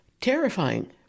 Terrifying